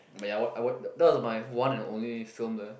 but ya wa~ I wa~ that was my one and only film there